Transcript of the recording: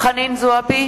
חנין זועבי,